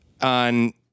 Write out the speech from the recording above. on